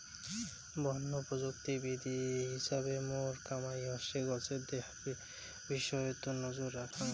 বন প্রযুক্তিবিদ হিছাবে মোর কামাই হসে গছের দেহার বিষয়ত নজর রাখাং